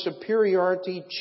superiority